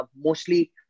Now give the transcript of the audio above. mostly